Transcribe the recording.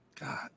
god